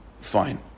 fine